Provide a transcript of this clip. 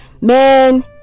man